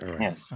Yes